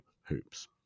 hoops